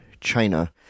China